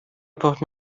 braucht